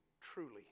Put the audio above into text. truly